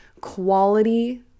quality